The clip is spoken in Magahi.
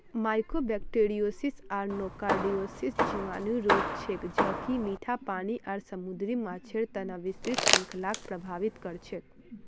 माइकोबैक्टीरियोसिस आर नोकार्डियोसिस जीवाणु रोग छेक ज कि मीठा पानी आर समुद्री माछेर तना विस्तृत श्रृंखलाक प्रभावित कर छेक